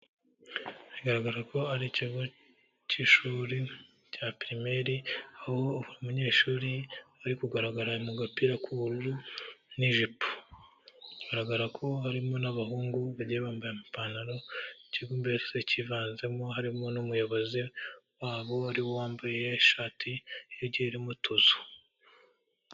Bigaragara ko ari ikigo cy'ishuri rya primeri aho buri munyeshuri ari kugaragara mu gapira k'ubururu n'ijipo. Bigaragara ko harimo n'abahungu bagiye bambaye ipantaro ikigo mbese kivanzemo harimo n'umuyobozi wabo wari wambaye ishati igiye irimo utuzu.